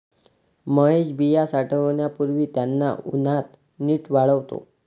महेश बिया साठवण्यापूर्वी त्यांना उन्हात नीट वाळवतो